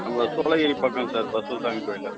நம்ப சோழகிரி பக்கம் சார் சாமி கோயில்